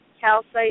calcite